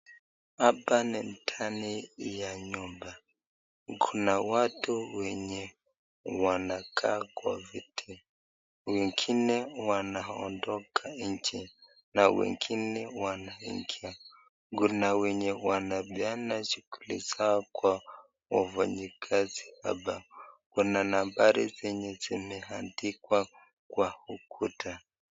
Hapa ni ndani ya nyumba, kuna watu wenye wanakaa kwa viti, wengine wanaondoka nje, na wengine wanaingia. Kuna wenye wanapeana shughuli zao kwa wafanyikazi hapa, kuna nambari zenye zimeandikwa kwa ukuta.